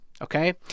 okay